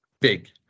big